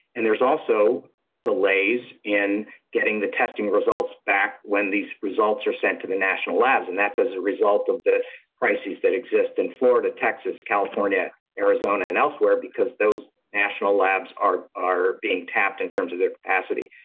and there's also delays in getting the testing results back when these results are sent to the national labs. and that's as a result of the crises that exist in florida, texas, california, arizona and elsewhere because those national labs are are being tapped in terms of their capacity.